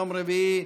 יום רביעי,